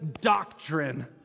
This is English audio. doctrine